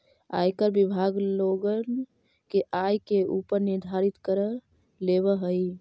आयकर विभाग लोगन के आय के ऊपर निर्धारित कर लेवऽ हई